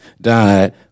died